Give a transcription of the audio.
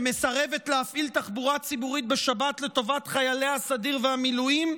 שמסרבת להפעיל תחבורה ציבורית בשבת לטובת חיילי הסדיר והמילואים,